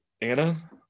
Anna